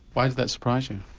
why did that surprise you?